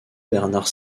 bernard